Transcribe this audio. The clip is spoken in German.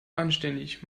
anständig